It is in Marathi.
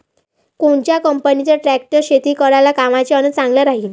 कोनच्या कंपनीचा ट्रॅक्टर शेती करायले कामाचे अन चांगला राहीनं?